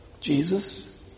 Jesus